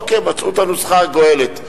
אוקיי, מצאו את הנוסחה הגואלת.